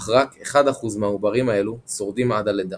אך רק 1% מהעוברים האלו שורדים עד הלידה.